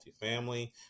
multifamily